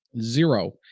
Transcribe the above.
zero